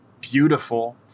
beautiful